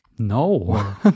No